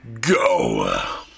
go